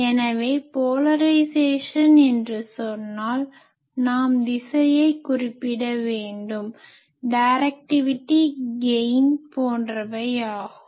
எனவே போலரைஸேசன் என்று சொன்னால் நாம் திசையை குறிப்பிட வேண்டும் டைரக்டிவிட்டி கெய்ன் போன்றவை ஆகும்